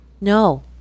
No